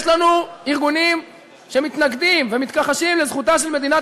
יש לנו ארגונים שמתנגדים ומתכחשים לזכותה של מדינת